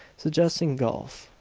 suggesting golf.